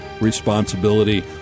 responsibility